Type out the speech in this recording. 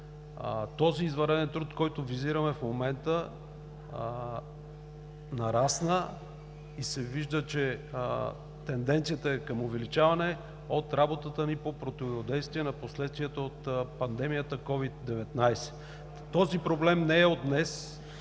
Този извънреден труд, който визираме в момента, нарасна и се вижда, че тенденцията е към увеличаване от работата ни по противодействие на последствията от пандемията COVID-19. (Реплики от